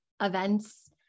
events